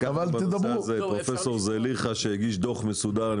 לקחנו בנושא הזה את פרופסור זליכה שהגיש דוח מסודר.